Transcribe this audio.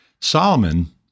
Solomon